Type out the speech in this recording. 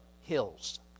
hills